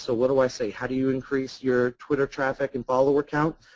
so what do i say, how do you increase your twitter traffic and follower account?